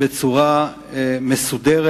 בצורה מסודרת.